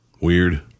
weird